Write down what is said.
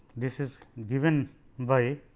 this is given by